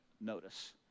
notice